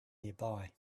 nearby